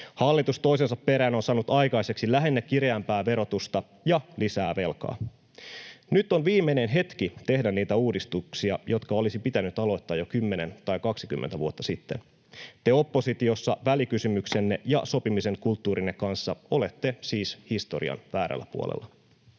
Hallitus toisensa perään on saanut aikaiseksi lähinnä kireämpää verotusta ja lisää velkaa. Nyt on viimeinen hetki tehdä niitä uudistuksia, jotka olisi pitänyt aloittaa jo 10 tai 20 vuotta sitten. Te oppositiossa välikysymyksenne ja sopimisen kulttuurinne kanssa olette siis historian väärällä puolella.